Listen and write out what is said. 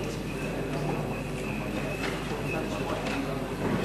חמד עמאר, בבקשה.